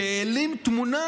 כשהעלים תמונה